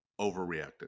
overreacted